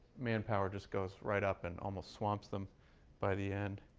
manpower just goes right up and almost swamps them by the end.